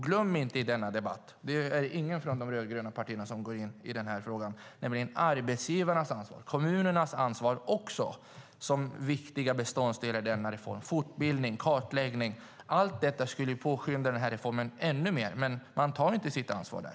Glöm inte i denna debatt att ingen från de rödgröna partierna går in i frågan om arbetsgivarnas, kommunernas, ansvar som viktiga beståndsdelar i denna reform! Fortbildning och kartläggning - allt detta - skulle påskynda reformen ännu mer, men man tar inte sitt ansvar där.